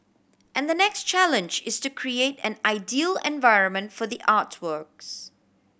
and the next challenge is to create an ideal environment for the artworks